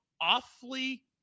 awfully